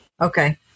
Okay